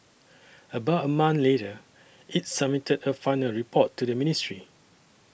about a month later it submitted a final report to the ministry